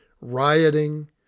rioting